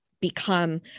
become